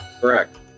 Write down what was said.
Correct